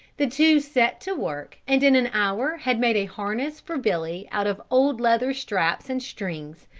the two set to work and in an hour had made a harness for billy out of old leather straps and strings,